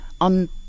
on